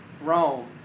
Rome